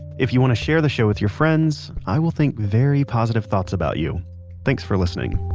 if you want to share the show with your friends, i will think very positive thoughts about you thanks for listening